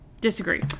disagree